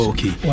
Okay